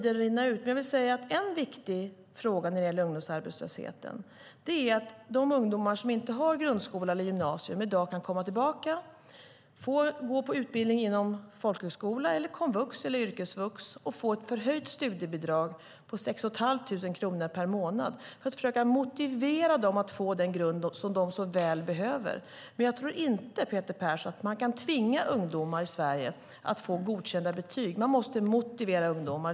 En viktig fråga när det gäller ungdomsarbetslösheten är att de ungdomar som inte har grundskola eller gymnasium i dag kan komma tillbaka, gå utbildning inom folkhögskola, komvux eller yrkesvux och få ett förhöjt studiebidrag på 6 500 kronor per månad i ett försök att motivera dem att få den grund som de så väl behöver. Jag tror inte, Peter Persson, att man kan tvinga ungdomar i Sverige till att få godkända betyg. Man måste motivera ungdomar.